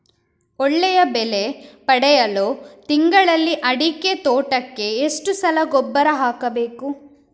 ಒಳ್ಳೆಯ ಬೆಲೆ ಪಡೆಯಲು ತಿಂಗಳಲ್ಲಿ ಅಡಿಕೆ ತೋಟಕ್ಕೆ ಎಷ್ಟು ಸಲ ಗೊಬ್ಬರ ಹಾಕಬೇಕು?